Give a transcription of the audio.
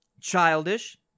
childish